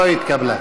לא התקבלה.